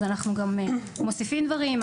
אז אנחנו גם מוסיפים דברים,